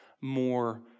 more